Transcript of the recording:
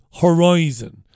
Horizon